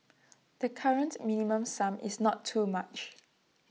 the current minimum sum is not too much